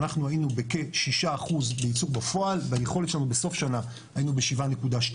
אנחנו היינו בכ-6% ייצור בפועל אבל היכולת שלנו בסוף שנה היינו ב-7.2%